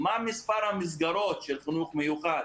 מה מספר המסגרות של חינוך מיוחד